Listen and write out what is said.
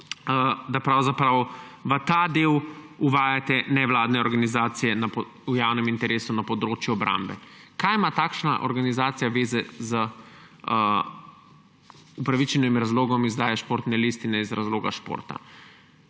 da pravzaprav v ta del uvajate nevladne organizacije v javnem interesu na področju obrambe. Kaj ima takšna organizacija zveze z upravičenim razlogom izdaje športne listine iz razloga športa?